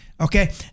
Okay